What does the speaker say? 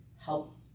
help